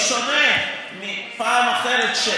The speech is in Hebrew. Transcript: בשונה מפעם אחרת,